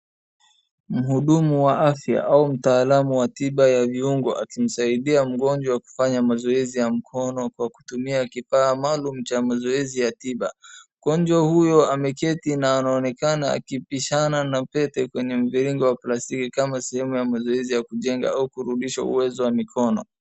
Mhudumu wa faya au mtaalamu wa tiba ya viungo akimsaidia mgonjwa kufanay mazoezi ambayo mkono kwa kutumia kifaa maalum cha mazoezi ya tiba. Mgonjwa huyo ameketi na anaonekana akipishana na pete kwenye mviringo wa plastiki kama sehemu ya mazoezi ya kujenga au akurudisha uwezo wa mikono.